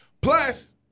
Plus